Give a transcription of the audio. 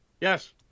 Yes